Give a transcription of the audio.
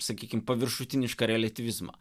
sakykim paviršutinišką reliatyvizmą